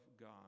God